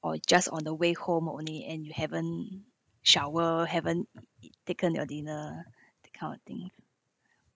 or just on the way home only and you haven't shower haven't e~ e~ taken your dinner that kind of thing